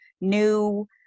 new